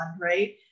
right